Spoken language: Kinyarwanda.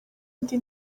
indi